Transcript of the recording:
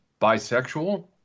bisexual